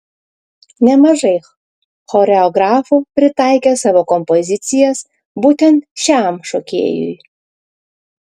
nemažai choreografų pritaikė savo kompozicijas būtent šiam šokėjui